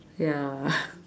ya